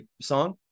song